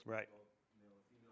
Right